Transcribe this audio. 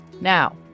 Now